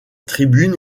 tribunes